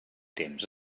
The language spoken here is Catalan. temps